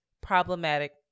problematic